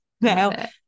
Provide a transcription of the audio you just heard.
now